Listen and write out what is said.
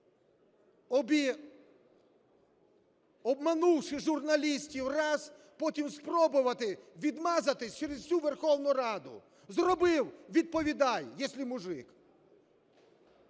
обманувши журналістів раз, потім спробувати відмазатись через всю Верховну Раду. Зробив – відповідай, если мужик.